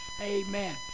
amen